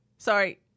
Sorry